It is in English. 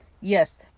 Yes